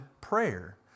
prayer